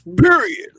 Period